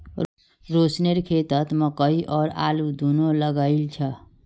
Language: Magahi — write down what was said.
रोशनेर खेतत मकई और आलू दोनो लगइल छ